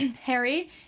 Harry